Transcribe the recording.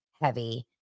heavy